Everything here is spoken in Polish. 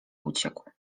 uciekł